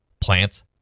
plants